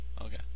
Okay